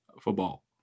Football